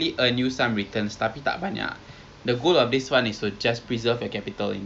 ya lah I call lah I call lah I bilang lah kenapa ni right